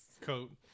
coat